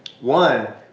One